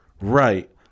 Right